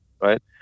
right